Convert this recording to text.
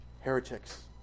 heretics